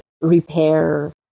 repair